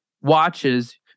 watches